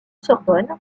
sorbonne